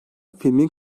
filmin